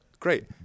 Great